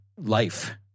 life